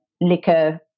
liquor